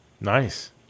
Nice